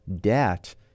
debt